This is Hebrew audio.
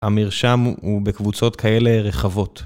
המרשם הוא בקבוצות כאלה רחבות.